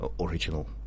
original